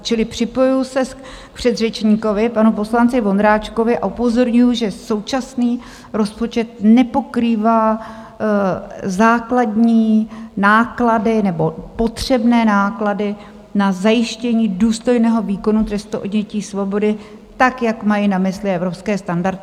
Čili připojuji se k předřečníkovi, panu poslanci Vondráčkovi, a upozorňuji, že současný rozpočet nepokrývá základní náklady, nebo potřebné náklady na zajištění důstojného výkonu trestu odnětí svobody, tak jak mají na mysli evropské standardy.